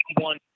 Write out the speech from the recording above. one